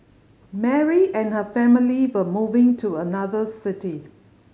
Mary and her family were moving to another city